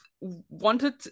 wanted